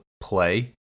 play